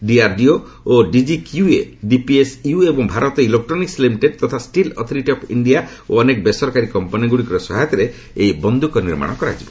DRDO DGQA DPSU ଏବଂ Bharat Electronics Limited ତଥା Steel Authority of India ଓ ଅନେକ ବେସରକାରୀ କମ୍ପାନୀଗୁଡ଼ିକର ସହାୟତାରେ ଏହି ବନ୍ଧୁକ ସବୁ ନିର୍ମାଣ କରାଯିବ